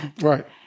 Right